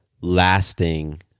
lasting